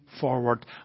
forward